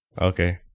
Okay